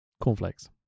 Cornflakes